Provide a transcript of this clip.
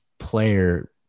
player